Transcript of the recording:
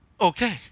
okay